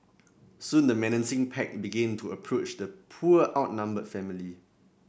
soon the menacing pack began to approach the poor outnumbered family